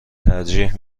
ترجیح